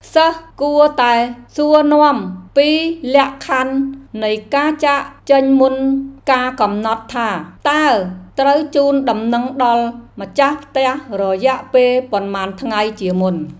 សិស្សគួរតែសួរនាំពីលក្ខខណ្ឌនៃការចាកចេញមុនកាលកំណត់ថា តើត្រូវជូនដំណឹងដល់ម្ចាស់ផ្ទះរយៈពេលប៉ុន្មានថ្ងៃជាមុន។